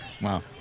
Wow